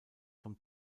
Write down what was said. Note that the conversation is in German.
vom